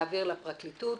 להעביר לפרקליטות.